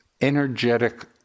energetic